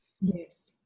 Yes